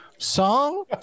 Song